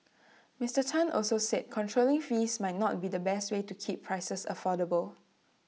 Mister Tan also said controlling fees might not be the best way to keep prices affordable